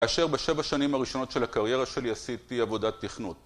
כאשר בשבע שנים הראשונות של הקריירה שלי עשיתי עבודת תכנות.